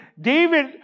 David